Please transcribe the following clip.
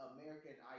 American